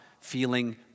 feeling